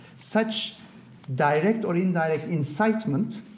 such direct or indirect incitement,